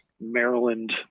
Maryland